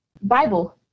Bible